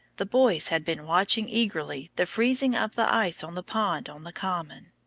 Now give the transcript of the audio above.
the boys had been watching eagerly the freezing of the ice on the pond on the common.